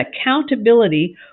accountability